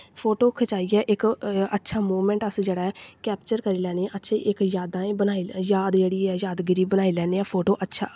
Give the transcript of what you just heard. photo खचाइयै इक अच्छा मूवमैंट अस जेह्ड़ा ऐ कैप्चर करी लैन्ने आं अच्छी इक याद असें बनाई याद जेह्ड़ी ऐ यादगिरी बनाई लैन्ने आं फोटो अच्छा